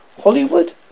Hollywood